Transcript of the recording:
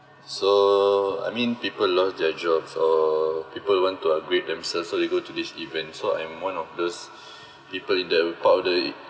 so I mean people lost their jobs or people who want to upgrade themselves so they go to this event so I'm one of those people in that part of the e~